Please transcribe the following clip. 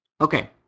Okay